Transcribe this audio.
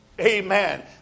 amen